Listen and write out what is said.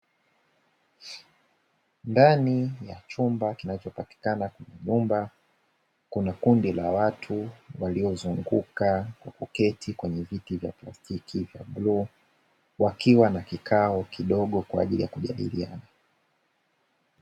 Ndani ya chumba kinachopatikana kwenye nyumba, kuna kundi la watu waliozunguka kwa kuketi kwenye viti vya plastiki vya bluu, wakiwa na kikao kidogo kwaajili ya kujadiliana.